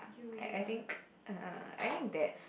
I I think err I think that's